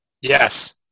Yes